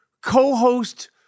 co-host